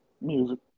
Music